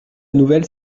nouvelle